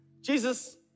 Jesus